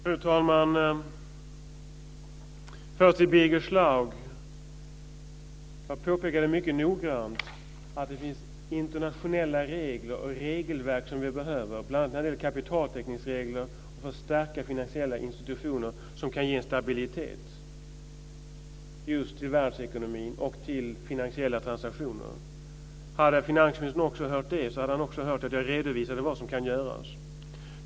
Fru talman! Först vill jag säga något till Birger Schlaug. Jag påpekade mycket noga att det finns internationella regler och regelverk som vi behöver. Det gäller bl.a. kapitaltäckningsregler för att stärka de finansiella institutioner som kan ge stabilitet i världsekonomin och de finansiella transaktionerna. Hade finansministern hört det hade han också hört att jag redovisade vad som kan göras.